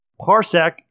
parsec